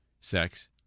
sex